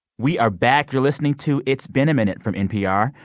we are back. you're listening to it's been a minute from npr,